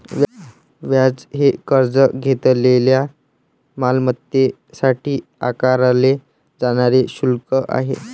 व्याज हे कर्ज घेतलेल्या मालमत्तेसाठी आकारले जाणारे शुल्क आहे